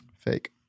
Fake